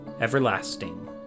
everlasting